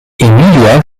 emilia